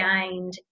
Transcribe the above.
gained